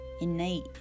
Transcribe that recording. innate